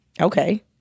okay